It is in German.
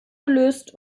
gelöst